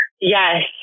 yes